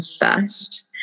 first